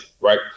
Right